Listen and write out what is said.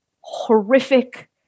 horrific